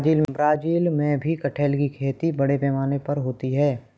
Brazil में भी कटहल की खेती बड़े पैमाने पर होती है